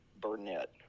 Burnett